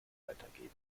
weitergeben